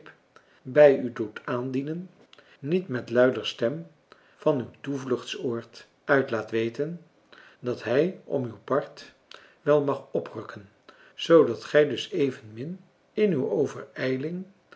bij u doet aandienen niet met luider stem van uw toevluchtsoord uit laat weten dat hij om uw part wel mag oprukken zoodat gij dus evenmin in uw overijling